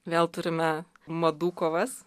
vėl turime madų kovas